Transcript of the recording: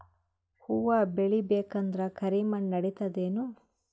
ಹುವ ಬೇಳಿ ಬೇಕಂದ್ರ ಕರಿಮಣ್ ನಡಿತದೇನು?